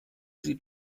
sie